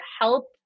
help